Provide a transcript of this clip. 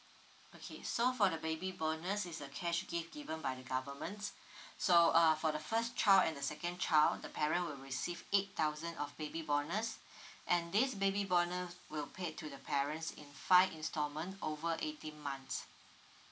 okay so for the baby bonus is a cash gift given by the government so uh for the first child and the second child the parent will receive eight thousand of baby bonus and this baby bonus will paid to the parents in five instalment over eighteen months